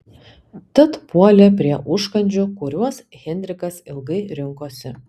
tad puolė prie užkandžių kuriuos henrikas ilgai rinkosi